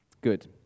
Good